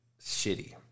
shitty